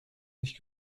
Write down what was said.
nicht